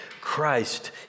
Christ